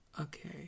Okay